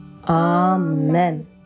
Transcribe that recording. Amen